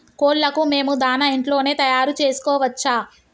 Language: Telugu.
కోళ్లకు మేము దాణా ఇంట్లోనే తయారు చేసుకోవచ్చా?